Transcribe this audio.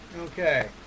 Okay